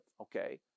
okay